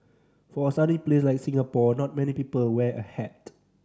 for a sunny place like Singapore not many people wear a hat